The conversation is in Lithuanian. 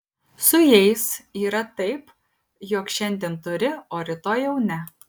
su jais yra taip jog šiandien turi o rytoj jau ne